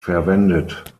verwendet